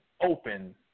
open